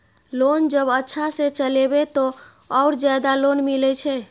Loan जब अच्छा से चलेबे तो और ज्यादा लोन मिले छै?